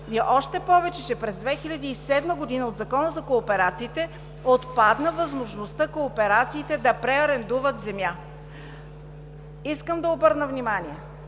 и още повече че през 2007 г. от Закона за кооперациите отпадна възможността кооперациите да преарендуват земя. Искам да обърна внимание,